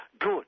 Good